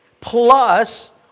plus